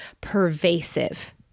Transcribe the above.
pervasive